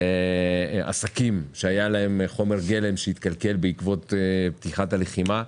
לעסקים שהיה להם חומר גלם שהתקלקל בעקבות פתיחת הלחימה.